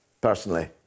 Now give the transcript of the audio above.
Personally